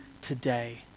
today